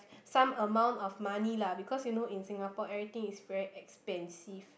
some amount of money lah because you know in Singapore everything is very expensive